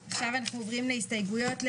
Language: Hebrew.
אני עוברת להסתייגות של